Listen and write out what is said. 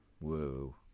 Woo